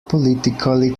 politically